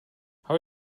how